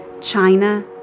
China